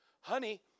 Honey